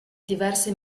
diverse